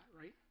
right